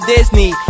Disney